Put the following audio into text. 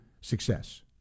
success